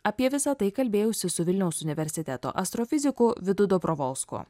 apie visa tai kalbėjausi su vilniaus universiteto astrofiziku vidu dobrovolsku